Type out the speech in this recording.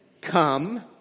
come